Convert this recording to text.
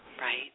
right